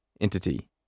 entity